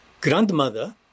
grandmother